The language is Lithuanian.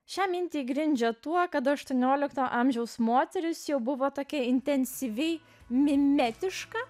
šią mintį grindžia tuo kad aštuoniolikto amžiaus moteris jau buvo tokia intensyvi mimetiška